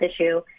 issue